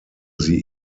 sie